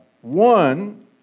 One